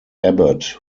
abbott